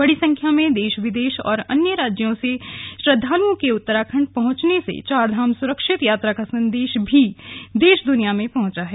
बड़ी संख्या में देश विदेश और अन्य राज्यों से श्रद्वालुओं के उत्तराखण्ड पहुंचने से चारधाम सुरक्षित यात्रा का संदेश भी देश द्निया में पहुंचा है